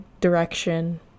direction